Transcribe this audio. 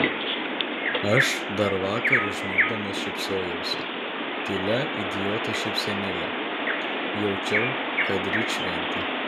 aš dar vakar užmigdamas šypsojausi tylia idioto šypsenėle jaučiau kad ryt šventė